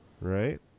right